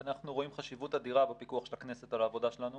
אנחנו רואים חשיבות אדירה בפיקוח של הכנסת על העבודה שלנו